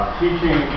teaching